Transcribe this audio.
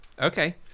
Okay